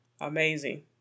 amazing